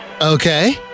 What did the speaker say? Okay